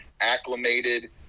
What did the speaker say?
acclimated